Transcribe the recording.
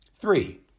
Three